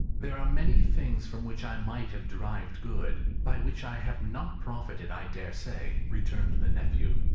there are many things from which i might have derived good, by which i have not profited, i dare say, returned the nephew.